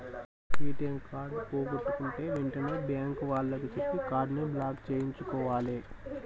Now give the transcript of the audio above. ATM card పోగొట్టుకుంటే వెంటనే bank వాళ్లకి చెప్పి కార్డుని బ్లాక్ చేయించుకోవాలే